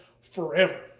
forever